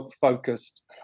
focused